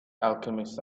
alchemist